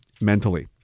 mentally